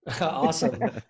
Awesome